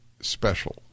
special